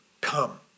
come